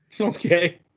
Okay